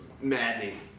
maddening